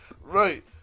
Right